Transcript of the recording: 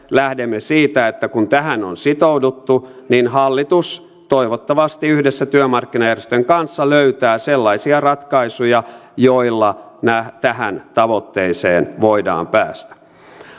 lähdemme siitä että kun tähän on sitouduttu niin hallitus toivottavasti yhdessä työmarkkinajärjestöjen kanssa löytää sellaisia ratkaisuja joilla tähän tavoitteeseen voidaan päästä